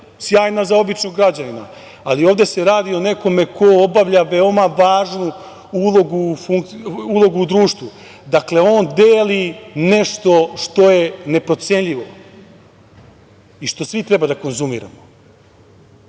sjajna za običnog građanina, ali ovde se radi o nekome ko obavlja veoma važnu ulogu u društvu, dakle on deli nešto što je neprocenljivo i što svi treba da konzumiramo,